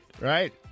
Right